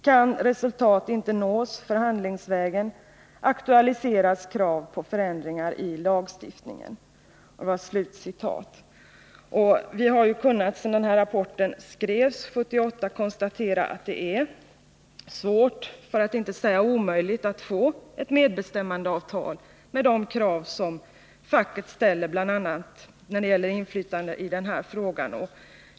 Kan resultat inte nås förhandlingsvägen aktualiseras krav på förändringar i lagstiftningen.” Sedan denna rapport skrevs 1978 har vi kunnat konstatera att det är svårt för att inte säga omöjligt att få ett medbestämmandeavtal med de krav som ens effekter på sysselsättningen facket ställer bl.a. när det gäller inflytande i den här frågan.